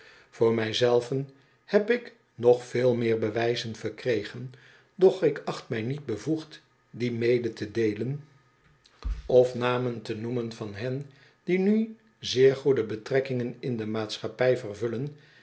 voor mij zelven heb ik nog veel meer bewijzen verkregen doch ik acht mij niet bevoegd die mede te deelen of fm beperkte schooltijd namen te noemen van hen die nu keer goede betrekkingen in de maatschappij vervullen